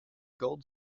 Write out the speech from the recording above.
gold